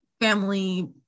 family